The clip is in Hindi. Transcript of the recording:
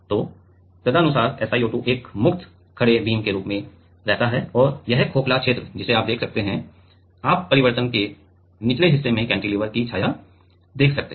तो तदनुसार SiO2 एक मुक्त खड़े बीम के रूप में रहता है और यह खोखला क्षेत्र है जिसे आप देख सकते हैं आप परिवर्तन के निचले हिस्से में कैंटिलीवर की छाया देख सकते हैं